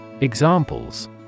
Examples